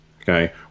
Okay